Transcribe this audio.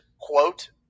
Quote